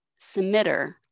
submitter